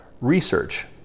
research